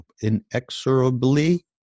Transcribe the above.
inexorably